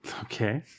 Okay